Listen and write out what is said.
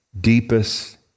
deepest